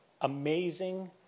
amazing